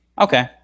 Okay